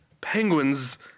penguins